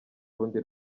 rundi